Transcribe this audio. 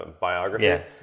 biography